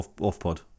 off-pod